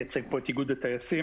מייצג פה את איגוד הטייסים.